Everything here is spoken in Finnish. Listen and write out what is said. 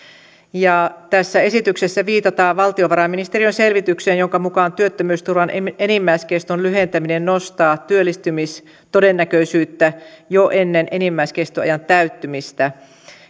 tässä esityksessä viitataan valtiovarainministeriön selvitykseen jonka mukaan työttömyysturvan enimmäiskeston lyhentäminen nostaa työllistymistodennäköisyyttä jo ennen enimmäiskestoajan täyttymistä